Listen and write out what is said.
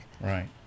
Right